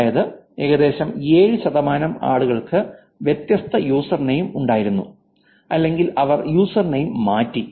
അതായത് ഏകദേശം 7 ശതമാനം ആളുകൾക്ക് വ്യത്യസ്ത യൂസർ നെയിം ഉണ്ടായിരുന്നു അല്ലെങ്കിൽ അവർ യൂസർ നെയിം മാറ്റി